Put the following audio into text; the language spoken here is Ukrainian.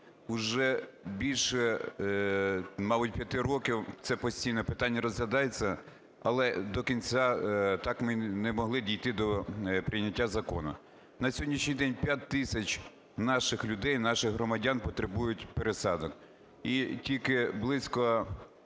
Вже більше мабуть 5 років це постійно питання розглядається, але до кінця так і не могли дійти до прийняття закону. На сьогоднішній день 5 тисяч наших людей, наших громадян потребують пересадок, і тільки близько